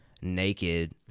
naked